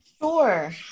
Sure